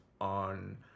on